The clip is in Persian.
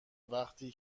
وقتی